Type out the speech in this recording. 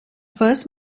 first